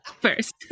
first